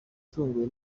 yatunguwe